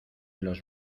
los